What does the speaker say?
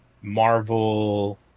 Marvel